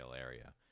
area